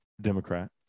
democrat